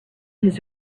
his